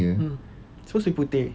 mm supposed to be putih